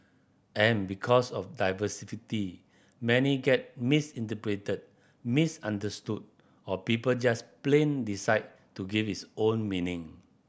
and because of many get misinterpreted misunderstood or people just plain decide to give its own meaning